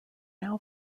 now